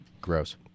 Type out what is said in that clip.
Gross